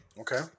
Okay